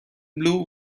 blue